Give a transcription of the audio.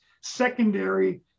secondary